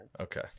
Okay